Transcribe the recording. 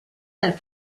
nel